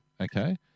Okay